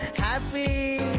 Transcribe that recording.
happy.